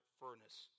furnace